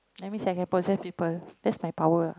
that means I can possess people that's my power